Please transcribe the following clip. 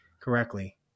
correctly